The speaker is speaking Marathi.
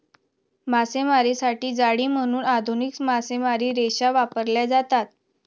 मासेमारीसाठी जाळी म्हणून आधुनिक मासेमारी रेषा वापरल्या जातात